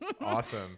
Awesome